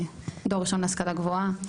דור ראשון להשכלה גבוהה.